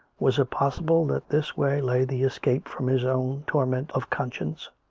was it possible that this way lay the escape from his own torment of conscience?